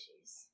issues